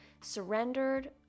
surrendered